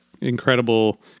incredible